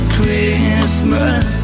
Christmas